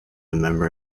member